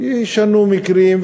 יישנו המקרים,